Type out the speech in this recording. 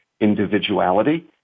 individuality